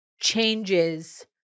changes